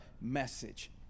message